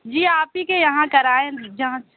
جی آپ ہی کے یہاں کرائے ہیں جانچ